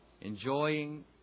Enjoying